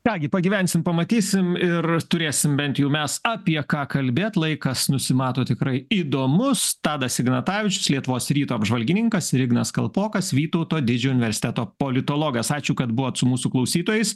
ką gi pagyvensim pamatysim ir turėsim bent jau mes apie ką kalbėt laikas nusimato tikrai įdomus tadas ignatavičius lietuvos ryto apžvalgininkas ir ignas kalpokas vytauto didžiojo universiteto politologas ačiū kad buvot su mūsų klausytojais